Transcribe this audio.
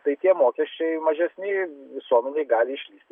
tai tie mokesčiai mažesni visuomenei gali išlįsti